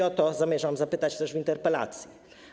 O to zamierzam zapytać też w interpelacji.